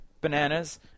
bananas